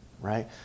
right